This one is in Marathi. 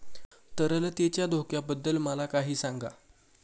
तरलतेच्या धोक्याबद्दल मला काही सांगा